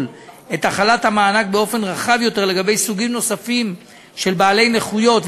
את החלת המענק באופן רחב יותר לגבי סוגים נוספים של בעלי נכויות,